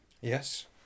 Yes